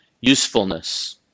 usefulness